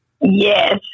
Yes